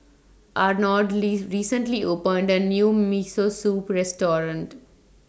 Arnold Li recently opened A New Miso Soup Restaurant